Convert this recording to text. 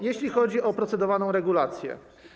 Jeśli chodzi o procedowaną regulację.